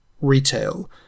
retail